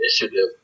initiative